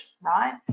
right